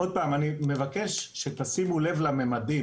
עוד פעם, אני מבקש שתשימו לב למימדים.